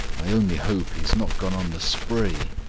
i only hope he has not gone on the spree!